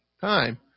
Time